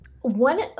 one